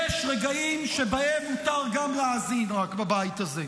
יש רגעים שבהם מותר גם להאזין רק בבית הזה.